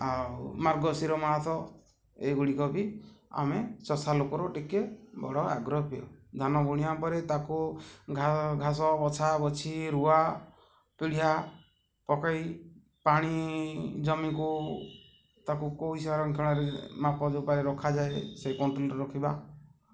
ଆଉ ମାର୍ଗଶିର ମାାସ ଏଗୁଡ଼ିକ ବି ଆମେ ଚଷା ଲୋକର ଟିକେ ବଡ଼ ଆଗ୍ରହ ପ୍ରିୟ ଧାନ ବୁଣିବା ପରେ ତା'କୁ ଘା ଘାସ ବଛାବଛି ରୁଆ ପିଡିଆ ପକାଇ ପାଣି ଜମିକୁ ତା'କୁ ମାପ ଯୋପାରେ ରଖାଯାଏ ସେହି କଣ୍ଟ୍ରୋଲରେ ରଖିବା